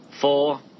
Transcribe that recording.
four